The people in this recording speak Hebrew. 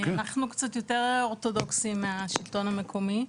אנחנו קצת יותר אורתודוקסים מהשלטון המקומי,